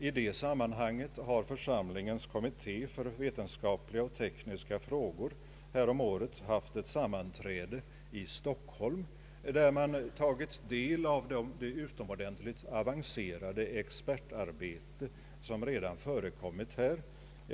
I det sammanhanget hade församlingens kommitté för vetenskapliga och tekniska frågor häromåret ett sammanträde i Stockholm. Ledamöterna fick då ta del av det utomordentligt avancerade expertarbete som redan förekommit i vårt land.